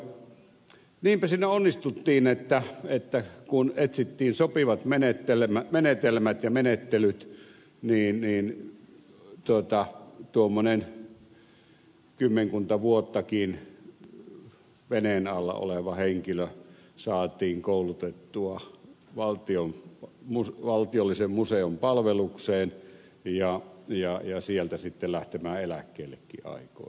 niinpä siinä onnistuttiin kun etsittiin sopivat menetelmät ja menettelyt tuommoinen kymmenkunta vuottakin veneen alla oleva henkilö saatiin koulutettua valtiollisen museon palvelukseen ja sieltä sitten lähtemään eläkkeellekin aikoinaan